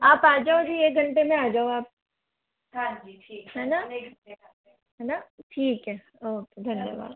आप आ जाओ जी एक घंटे में आ जाओ आप हाँ जी ठीक है है ना ठीक है हम एक घंटे में आते हैं है न ठीक है ओके धन्यवाद